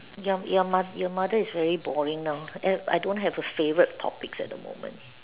your your mo~ your mother is very boring now I don't have a favourite topics at the moment